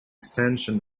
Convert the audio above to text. extension